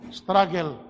struggle